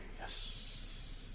Yes